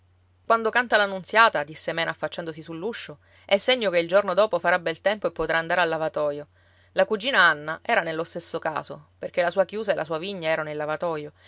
quando canta la nunziata disse mena affacciandosi sull'uscio è segno che il giorno dopo farà bel tempo e potrà andare al lavatoio la cugina anna era nello stesso caso perché la sua chiusa e la sua vigna erano il lavatoio